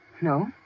No